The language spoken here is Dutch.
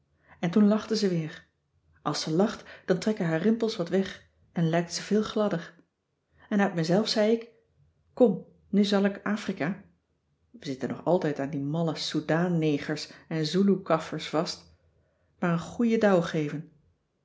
en toen lachte ze weer als ze lacht dan trekken haar rimpels wat weg en lijkt ze veel gladder en uit mezelf zei ik kom nu zal ik afrika we zitten nog altijd aan die malle soedan negers en zoeloe kaffers vast maar een goeie douw geven